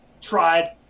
tried